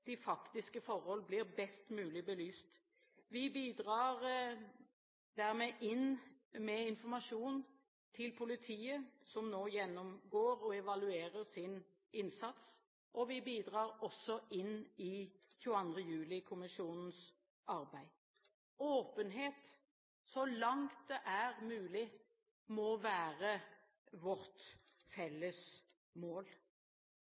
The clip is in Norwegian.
de faktiske forhold blir best mulig belyst. Vi bidrar der med informasjon til politiet, som nå gjennomgår og evaluerer sin innsats, og vi bidrar også til 22. juli-kommisjonens arbeid. Åpenhet, så langt det er mulig, må være vårt felles mål.